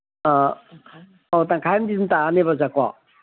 ꯑꯥ ꯑꯣ ꯇꯪꯈꯥꯏ ꯑꯝꯗꯤ ꯑꯗꯨꯝ ꯇꯥꯅꯦꯕ ꯑꯣꯖꯥꯀꯣ